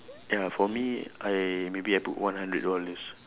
ya for me I maybe I put one hundred dollars